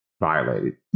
violated